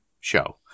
show